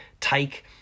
Take